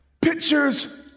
Pictures